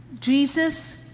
Jesus